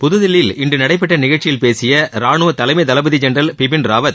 புத்தில்லியில் இன்று நடைபெற்ற நிகழ்ச்சியில் பேசிய ரானுவ தலைமை தளபதி ஜென்ரல் பிபின் ராவத்